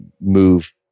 move